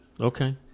Okay